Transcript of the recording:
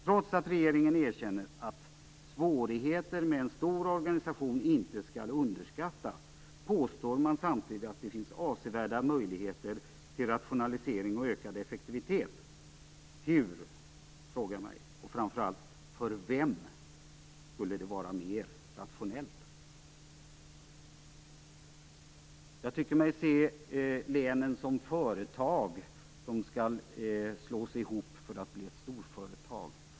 Trots att regeringen erkänner att svårigheter med en stor organisation inte skall underskattas påstår man samtidigt att det finns avsevärda möjligheter till rationalisering och ökad effektivitet. Hur, frågar jag mig, och framför allt för vem skulle det vara mer rationellt? Jag tycker mig se länen som företag som skall slås ihop för att bli ett storföretag.